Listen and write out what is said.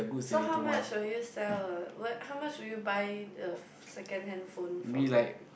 so how much would you sell a what how much would you buy the second handphone from them